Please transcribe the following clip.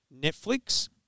Netflix